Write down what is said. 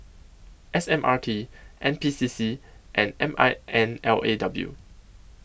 S M R T N P C C and M I N L A W